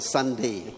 Sunday